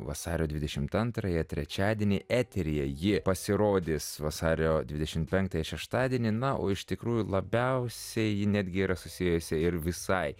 vasario dvidešimt antrąją trečiadienį eteryje ji pasirodys vasario dvidešimt penktąją šeštadienį na o iš tikrųjų labiausiai ji netgi yra susijusi ir visai